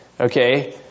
okay